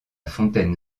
fontaine